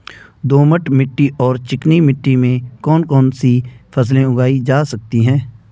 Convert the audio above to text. दोमट मिट्टी और चिकनी मिट्टी में कौन कौन सी फसलें उगाई जा सकती हैं?